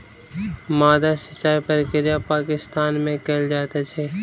माद्दा सिचाई प्रक्रिया पाकिस्तान में कयल जाइत अछि